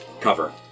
cover